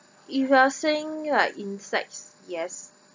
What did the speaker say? if you are saying like insects yes